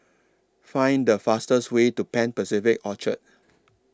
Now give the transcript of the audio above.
Find The fastest Way to Pan Pacific Orchard